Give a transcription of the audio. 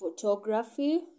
photography